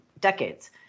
decades